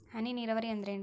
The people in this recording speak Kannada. ಹನಿ ನೇರಾವರಿ ಅಂದ್ರೇನ್ರೇ?